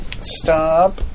Stop